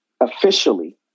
officially